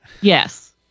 Yes